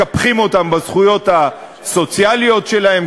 מקפחים אותם בזכויות הסוציאליות שלהם,